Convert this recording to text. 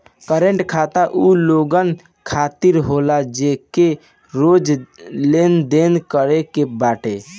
current खाता उ लोगन खातिर होला जेके रोज लेनदेन करे के बाटे